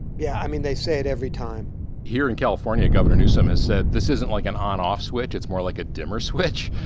yeah, i mean, they say it every time here in california, gov. and newsom has said this isn't like an on off switch. it's more like a dimmer switch,